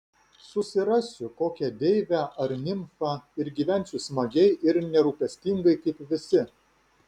susirasiu kokią deivę ar nimfą ir gyvensiu smagiai ir nerūpestingai kaip visi